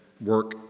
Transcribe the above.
work